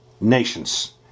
nations